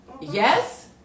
Yes